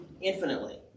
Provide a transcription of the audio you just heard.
infinitely